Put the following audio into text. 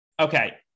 Okay